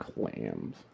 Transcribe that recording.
Clams